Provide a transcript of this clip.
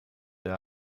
der